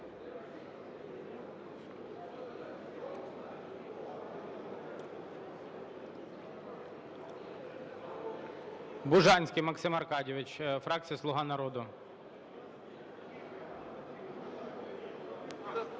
Бужанський Максим Аркадійович, фракція "Слуга народу".